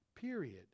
period